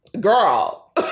Girl